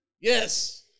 Yes